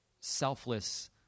selfless